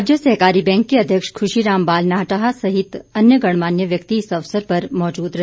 राज्य सहकारी बैंक के अध्यक्ष खुशीराम बालनाटाह सहित अन्य गणमान्य व्यक्ति इस अवसर पर मौजूद रहे